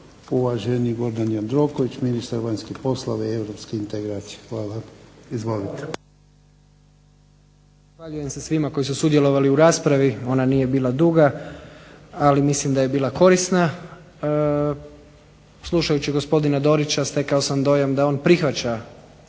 Hvala. Izvolite. **Jandroković, Gordan (HDZ)** Hvala lijepa gospodine potpredsjedniče. Zahvaljujem se svima koji su sudjelovali u raspravi, ona nije bila duga, ali mislim da je bila korisna. Slušajući gospodina Dorića stekao sam dojam da on prihvaća